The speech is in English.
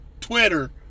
Twitter